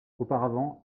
auparavant